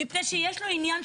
מפני שיש לו עניין,